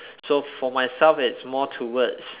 so for myself it's more towards